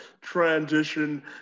transition